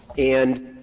and